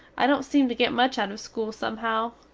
i dont seem to get much out of school somehow.